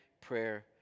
prayer